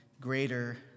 greater